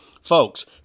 Folks